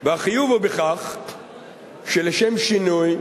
והחיוב הוא בכך שלשם שינוי,